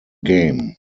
game